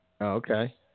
Okay